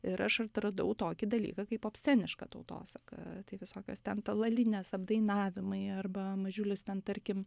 ir aš atradau tokį dalyką kaip obsceniška tautosaką tai visokios ten talalinės apdainavimai arba mažiulis ten tarkim